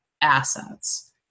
assets